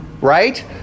Right